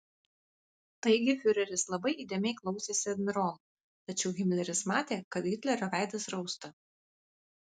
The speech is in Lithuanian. taigi fiureris labai įdėmiai klausėsi admirolo tačiau himleris matė kad hitlerio veidas rausta